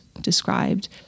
described